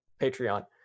Patreon